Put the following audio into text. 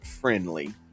friendly